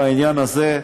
בעניין הזה,